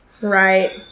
Right